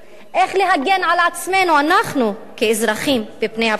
איך להגן על עצמנו, אנחנו כאזרחים, מפני הפשיעה,